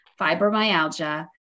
fibromyalgia